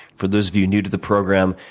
for those of you new to the program,